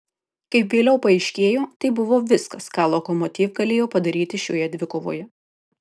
kaip vėliau paaiškėjo tai buvo viskas ką lokomotiv galėjo padaryti šioje dvikovoje